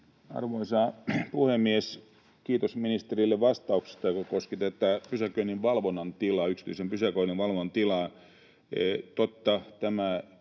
Arvoisa puhemies! Kiitos ministerille vastauksesta, joka koski tätä pysäköinninvalvonnan tilaa,